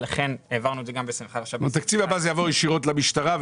ולכן העברנו את זה גם ב-2021 --- בתקציב הבא זה יעבור ישירות למשטרה.